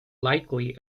likely